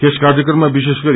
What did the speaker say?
यस कार्यक्रममा विश्वेष गरी